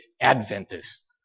Adventist